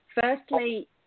firstly